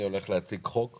אני הולך להציג חוק וחוזר.